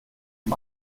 dem